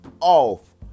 off